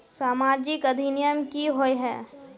सामाजिक अधिनियम की होय है?